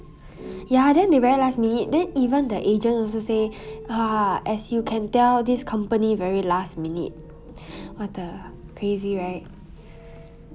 ya then they very last minute then even the agent also say ah as you can tell this company very last minute what the crazy right